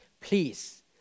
Please